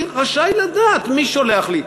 אני רשאי לדעת מי שולח לי.